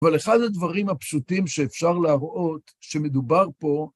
אבל אחד הדברים הפשוטים שאפשר להראות שמדובר פה